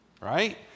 right